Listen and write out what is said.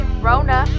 Rona